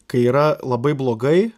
kai yra labai blogai